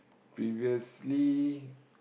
previously